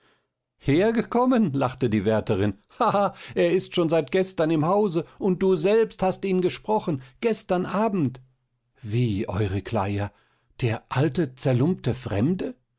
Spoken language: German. hergekommen lachte die wärterin ha ha er ist schon seit gestern im hause du selbst hast ihn gesprochen gestern abend wie eurykleia der alte zerlumpte fremde